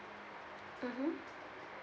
mmhmm